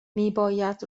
میباید